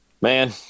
Man